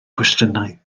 cwestiynau